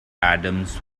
adams